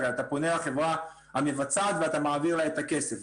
הרי אתה פונה לחברה המבצעת ואתה מעביר לה את הכסף.